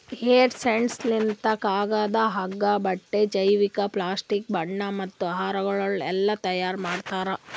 hemp seeds ಲಿಂತ್ ಕಾಗದ, ಹಗ್ಗ, ಬಟ್ಟಿ, ಜೈವಿಕ, ಪ್ಲಾಸ್ಟಿಕ್, ಬಣ್ಣ ಮತ್ತ ಆಹಾರಗೊಳ್ ಎಲ್ಲಾ ತೈಯಾರ್ ಮಾಡ್ತಾರ್